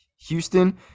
Houston